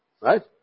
Right